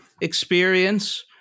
experience